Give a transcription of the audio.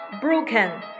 broken